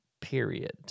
period